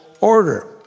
order